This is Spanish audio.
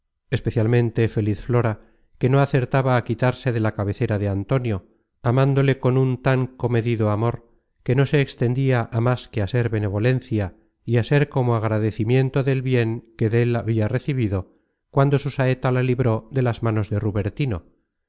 especialmente feliz flora que no acertaba á quitarse de la cabecera de antonio amándole con un tan comedido amor que no se extendia á más que á ser benevolencia y á ser como agradecimiento del bien que dél habia recebido cuando su saeta la libro de las manos de rubertino